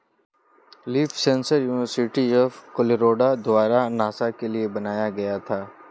leaf sensor university of Colorado द्वारा NASA के लिए बनाया गया था